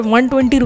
120